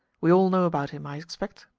we all know about him, i expect?